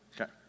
Okay